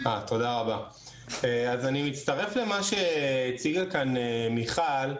אני מצטרף למה שהציגה כאן מיכל.